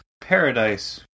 Paradise